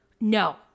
No